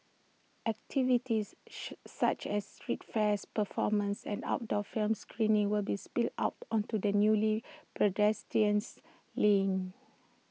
activities such as street fairs performances and outdoor film screenings will be spill out onto the newly pedestrianised lane